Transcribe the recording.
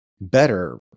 better